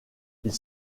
ils